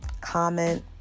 comment